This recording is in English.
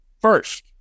First